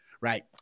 right